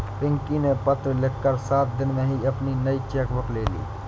पिंकी ने पत्र लिखकर सात दिन में ही अपनी नयी चेक बुक ले ली